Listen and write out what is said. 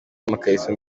amakariso